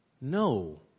No